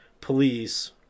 police